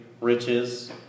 riches